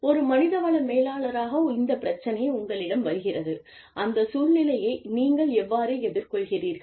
ஒரு மனிதவள மேலாளராக இந்த பிரச்சனை உங்களிடம் வருகிறது அந்த சூழ்நிலையை நீங்கள் எவ்வாறு எதிர்கொள்கிறீர்கள்